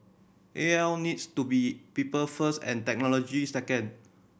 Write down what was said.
A L needs to be people first and technology second